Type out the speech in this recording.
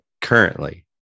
currently